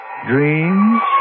Dreams